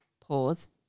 pause